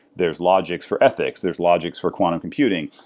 there's logics for ethics. there's logics for quantum computing.